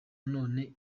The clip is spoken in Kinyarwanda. none